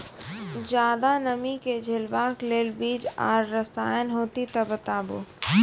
ज्यादा नमी के झेलवाक लेल बीज आर रसायन होति तऽ बताऊ?